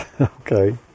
Okay